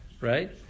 right